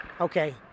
Okay